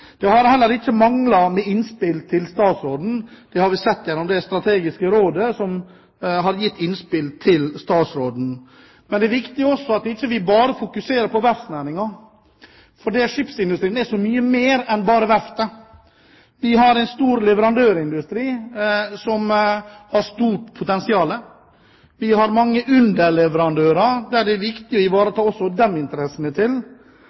Det har ikke manglet på innspill til statsråden, bl.a. fra det strategiske rådet som har gitt innspill til statsråden. Men det er også viktig at vi ikke bare fokuserer på verftsnæringen. For skipsindustrien er så mye mer enn bare verftene. Næringen har en stor leverandørindustri, som har stort potensial. Den har mange underleverandører, som det også er viktig å ivareta interessene til.